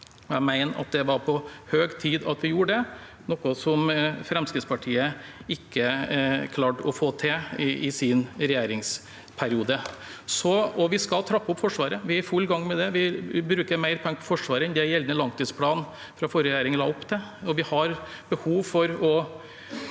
Jeg mener at det var på høy tid at vi gjorde det, noe Fremskrittspartiet ikke klarte å få til i sin regjeringsperiode. Vi skal trappe opp Forsvaret. Vi er i full gang med det. Vi bruker mer penger på Forsvaret enn det gjeldende langtidsplan fra forrige regjering la opp til.